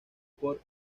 por